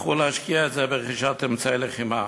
בחרו להשקיע את זה ברכישת אמצעי לחימה.